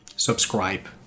subscribe